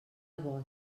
bot